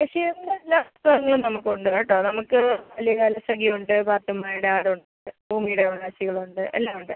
ബഷീറിൻ്റെ എല്ലാ പുസ്തകങ്ങളും നമുക്കുണ്ട് കേട്ടോ നമുക്ക് ബാല്യകാലസഖിയുണ്ട് പാത്തുമ്മായുടെ ആടുണ്ട് ഭൂമിയുടെ അവകാശികളുണ്ട് എല്ലാം ഉണ്ട്